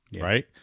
right